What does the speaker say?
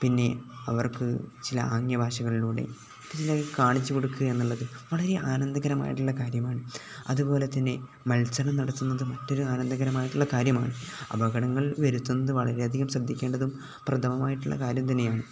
പിന്നെ അവർക്കു ചില ആംഗ്യഭാഷകളിലൂടെ കാണിച്ചുകൊടുക്കുക എന്നുള്ളതു വളരെ ആനന്ദകരമായിട്ടുള്ള കാര്യമാണ് അതുപോലെ തന്നെ മത്സരം നടത്തുന്നതു മറ്റൊരു ആനന്ദകരമായിട്ടുള്ള കാര്യമാണ് അപകടങ്ങൾ വരുത്തുന്നതു വളരെയധികം ശ്രദ്ധിക്കേണ്ടതും പ്രഥമമായിട്ടുള്ള കാര്യം തന്നെയാണ്